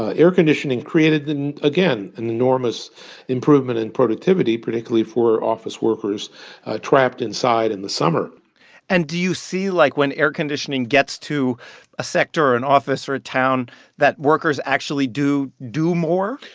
ah air conditioning created an again, an enormous improvement in productivity, particularly for office workers trapped inside in the summer and do you see, like, when air conditioning gets to a sector or an office or a town that workers actually do do more?